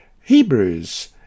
Hebrews